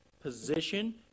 position